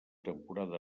temporada